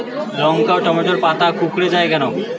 লঙ্কা ও টমেটোর পাতা কুঁকড়ে য়ায় কেন?